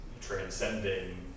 transcending